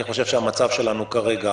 אני חושב שהמצב שלנו כרגע,